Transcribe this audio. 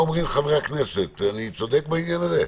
מה אומרים חברי הכנסת, אני צודק בעניין הזה?